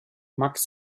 max